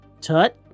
Tut